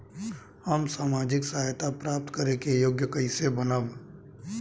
हम सामाजिक सहायता प्राप्त करे के योग्य कइसे बनब?